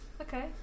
Okay